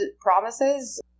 promises